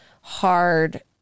hard